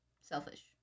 Selfish